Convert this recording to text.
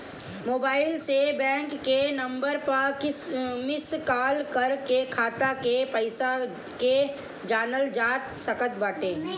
mobile से bank के number पअ मिस काल कर के खाता के पईसा के जानल जा सकत बाटे